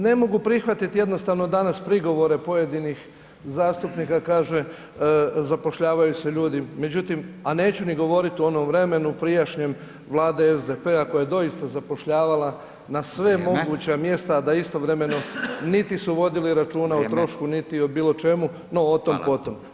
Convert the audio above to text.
Ne mogu prihvatiti jednostavno danas prigovore pojedinih zastupnika, kaže zapošljavaju se ljudi, međutim, a ne ću ni govorit o onom vremenu prijašnjem Vlade SDP-a koja je doista zapošljavala na sva moguća mjesta [[Upadica Radin: Vrijeme.]] a da istovremeno niti su vodili računa o trošku niti o biločemu, no o tom potom.